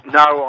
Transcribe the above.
no